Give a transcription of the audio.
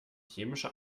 chemische